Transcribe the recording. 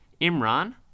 Imran